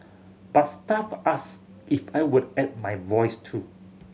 but staff asked if I would add my voice too